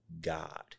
God